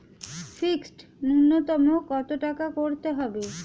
Fixed নুন্যতম কত টাকা করতে হবে?